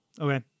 okay